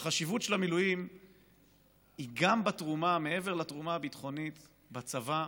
והחשיבות של המילואים היא גם התרומה מעבר לתרומה הביטחונית בצבא,